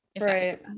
Right